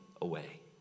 away